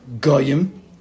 Goyim